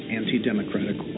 anti-democratic